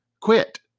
Quit